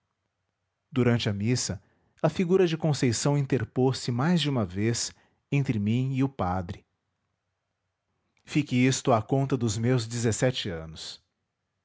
durante a missa a figura de conceição interpôs se mais de uma vez entre mim e o padre fique isto à conta dos meus dezessete anos